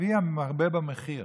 לפי המרבה במחיר,